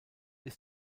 ist